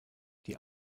die